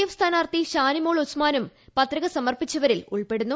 F സ്ഥാനാർത്ഥി ഷാനിമോൾ ഉസ്മാനും പത്രിക സമർപ്പിച്ചവരിൽ ഉൾപ്പെടുന്നു